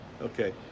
okay